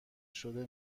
شده